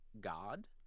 God